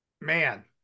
man